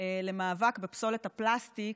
למאבק בפסולת הפלסטיק,